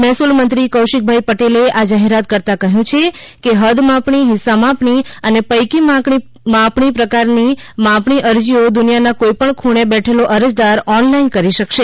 મહેસૂલ મંત્રી કૌશિકભાઈ પટેલે આ જાહેરાત કરતાં કહ્યું છે કે હૃદ માપણી હિસ્સા માપણી અને પૈકી માપણી પ્રકારની માપણી અરજીઓ દુનિયાના કોઇપણ ખુણે બેઠેલો અરજદાર ઓનલાઇન કરી શકશે